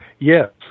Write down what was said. Yes